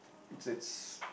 it's